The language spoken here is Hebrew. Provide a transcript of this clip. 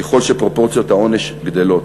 ככל שפרופורציות העונש גדלות.